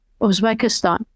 Uzbekistan